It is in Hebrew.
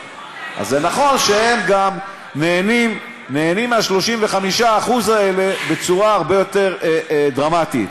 אז זה נכון שהם גם נהנים מה-35% האלה בצורה הרבה יותר דרמטית.